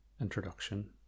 introduction